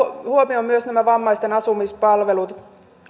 huomioon nämä vammaisten asumispalvelut